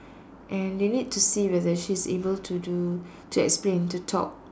and they need to see whether she's able to do to explain to talk